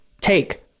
take